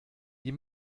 die